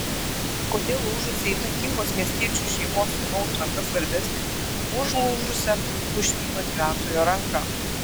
kodėl lūžusi įtakingos miestiečių šeimos sūnaus ranka svarbesnė už lūžusią lūšnyno gyventojo ranką